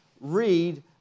read